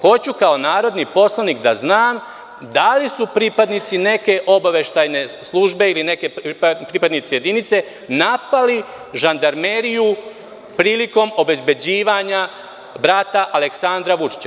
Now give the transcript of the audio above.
Hoću kao narodni poslanik da znam da li su pripadnici neke obaveštajne službe ili pripadnici jedinice napali žandarmeriju prilikom obezbeđivanja brata Aleksandra Vučića?